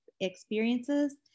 experiences